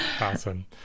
Awesome